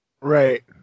Right